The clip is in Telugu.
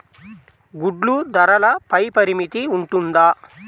గుడ్లు ధరల పై పరిమితి ఉంటుందా?